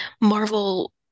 Marvel